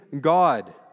God